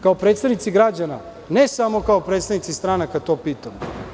Kao predstavnici građana ne samo kao predstavnici stranaka to pitam?